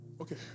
Okay